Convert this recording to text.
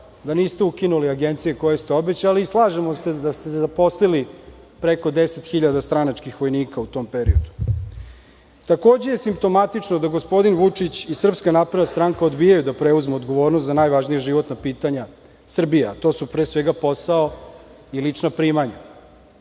da niste ukinuli agencije koje ste obećali i slažemo se da ste zaposlili preko 10 hiljada stranačkih vojnika u tom periodu. Takođe je simptomatično da gospodin Vučić i SNS odbijaju da preuzmu odgovornost za najvažnija životna pitanja Srbije, a to su pre svega posao i lična primanja.